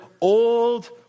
old